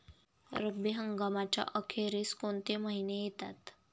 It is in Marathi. रब्बी हंगामाच्या अखेरीस कोणते महिने येतात?